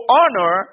honor